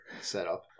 setup